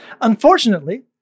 Unfortunately